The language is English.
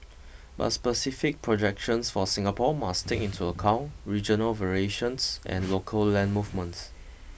but specific projections for Singapore must take into account regional variations and local land movements